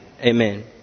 Amen